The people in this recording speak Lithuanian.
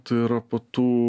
tai yra po tų